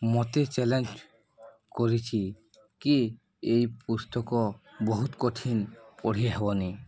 ମୋତେ ଚ୍ୟାଲେଞ୍ଜ କରିଛି କି ଏଇ ପୁସ୍ତକ ବହୁତ କଠିନ୍ ପଢ଼ି ହେବନି